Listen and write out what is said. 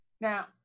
Now